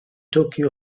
tokyo